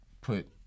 put